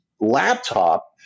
laptop